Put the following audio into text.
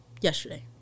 yesterday